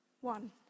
one